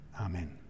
Amen